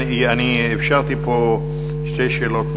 אפשרתי שתי שאלות נוספות.